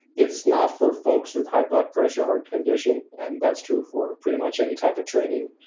it's not for folks with high blood pressure, heart condition, and that's true for pretty much any type of training.